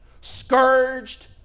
scourged